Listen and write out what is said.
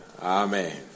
Amen